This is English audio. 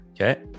okay